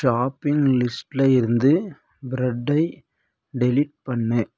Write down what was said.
shopping லிஸ்டில் இருந்து பிரட்டை டெலீட் பண்ணு